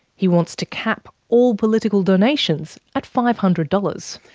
he wants to cap all political donations at five hundred dollars.